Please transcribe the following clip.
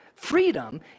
Freedom